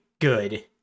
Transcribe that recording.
good